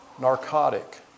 narcotic